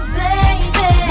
baby